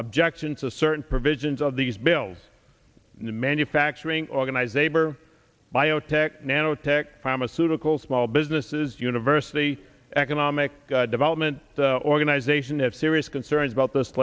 objections to certain provisions of these bills manufacturing organize aber biotech nanotech pharmaceuticals small businesses university economic development organization have serious concerns about this